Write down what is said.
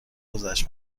گذشت